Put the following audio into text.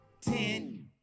Ten